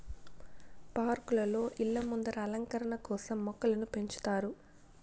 పార్కులలో, ఇళ్ళ ముందర అలంకరణ కోసం మొక్కలను పెంచుతారు